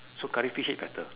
so curry fish head better